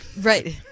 Right